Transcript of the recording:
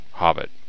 hobbit